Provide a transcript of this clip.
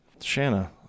Shanna